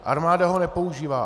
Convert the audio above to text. Armáda ho nepoužívá.